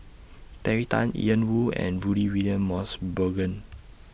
Terry Tan Ian Woo and Rudy William Mosbergen